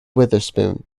witherspoon